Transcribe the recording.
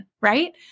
right